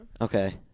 Okay